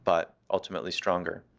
but ultimately stronger.